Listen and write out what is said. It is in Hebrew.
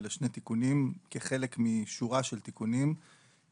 אלה שני תיקונים כחלק משורה של תיקונים שעברו.